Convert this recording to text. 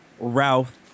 Ralph